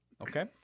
Okay